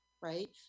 right